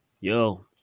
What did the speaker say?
yo